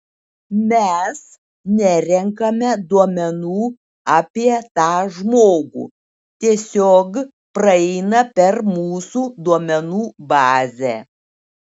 mes nerenkame duomenų apie tą žmogų tiesiog praeina per mūsų duomenų bazę